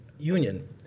union